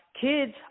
Kids